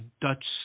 Dutch